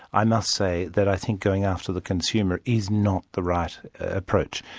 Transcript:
i must say that i think going after the consumer is not the right approach.